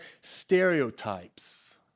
stereotypes